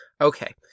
okay